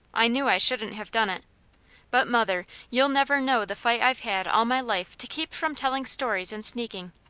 i knew i shouldn't have done it but, mother, you'll never know the fight i've had all my life to keep from telling stories and sneaking.